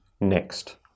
next